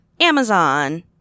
Amazon